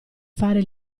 fare